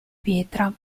pietra